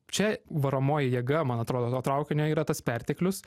čia varomoji jėga man atrodo to traukinio yra tas perteklius